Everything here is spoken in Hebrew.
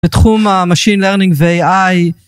בתחום המשין לרנינג ואי. איי